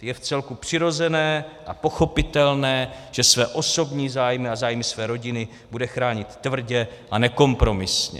Je vcelku přirozené a pochopitelné, že své osobní zájmy a zájmy své rodiny bude chránit tvrdě a nekompromisně.